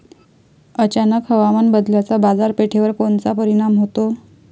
अचानक हवामान बदलाचा बाजारपेठेवर कोनचा परिणाम होतो?